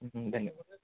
धन्यवादः